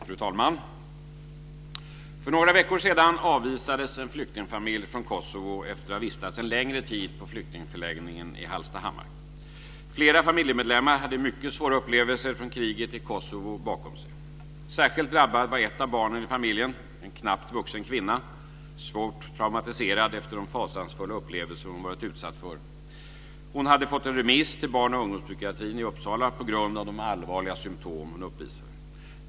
Fru talman! För några veckor sedan avvisades en flyktingfamilj från Kosovo efter att ha vistats en längre tid på flyktingförläggningen i Hallstahammar. Flera familjemedlemmar hade mycket svåra upplevelser från kriget i Kosovo bakom sig. Särskilt drabbat var ett av barnen i familjen, en knappt vuxen kvinna som var svårt traumatiserad efter de fasansfulla upplevelser som hon hade varit utsatt för. Hon hade fått en remiss till barn och ungdomspsykiatrin i Uppsala på grund av de allvarliga symtom hon uppvisade.